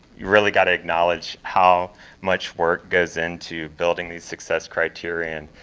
you've really got to acknowledge how much work goes into building the success criteria, and